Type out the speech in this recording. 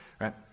Right